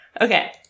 Okay